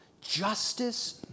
justice